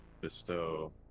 bestow